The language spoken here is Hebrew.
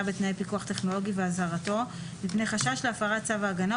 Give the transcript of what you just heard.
בתנאי פיקוח טכנולוגי ואזהרתו מפני חשש להפרת צו ההגנה,